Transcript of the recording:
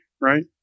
right